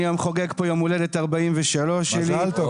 אני היום חוגג פה יום הולדת 43 שלי מזל טוב.